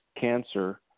cancer